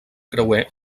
creuer